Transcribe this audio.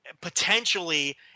potentially